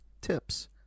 tips